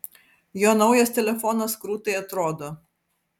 jo naujas telefonas krūtai atrodo